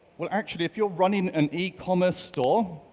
well actually, if you're running an ecommerce store,